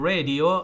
Radio